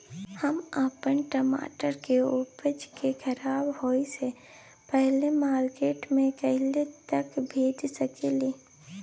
हम अपन टमाटर के उपज के खराब होय से पहिले मार्केट में कहिया तक भेज सकलिए?